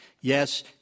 Yes